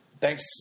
Thanks